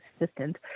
assistant